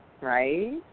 Right